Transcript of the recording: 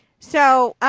so.